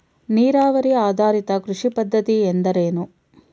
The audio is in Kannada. ನೀರಾವರಿ ಆಧಾರಿತ ಕೃಷಿ ಪದ್ಧತಿ ಎಂದರೇನು?